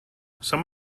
some